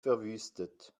verwüstet